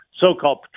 so-called